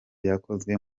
yakoze